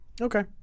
Okay